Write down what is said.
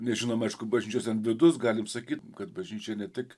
nežinom aišku bažnyčios ten vidus galim sakyt kad bažnyčia ne tik